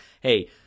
Hey